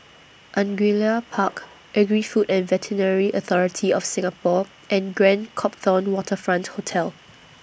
Angullia Park Agri Food and Veterinary Authority of Singapore and Grand Copthorne Waterfront Hotel